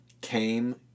came